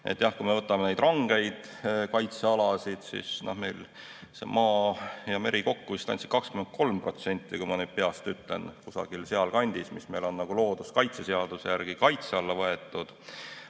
Jah, kui me võtame need ranged kaitsealad, siis meil maa ja meri kokku andsid vist 23%, kui ma nüüd peast ütlen, kusagil sealkandis, mis meil on looduskaitseseaduse järgi kaitse alla võetud.